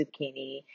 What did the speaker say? zucchini